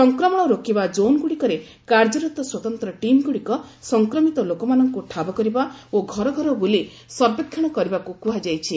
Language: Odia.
ସଂକ୍ରମଣ ରୋକିବା ଜୋନ୍ଗୁଡ଼ିକରେ କାର୍ଯ୍ୟରତ ସ୍ୱତନ୍ତ୍ର ଟିମ୍ଗୁଡ଼ିକ ସଂକ୍ରମିତ ଲୋକମାନଙ୍କୁ ଠାବ କରିବା ଓ ଘର ଘର ବୁଲି ସର୍ବେକ୍ଷଣ କରିବାକୁ କୁହାଯାଇଛି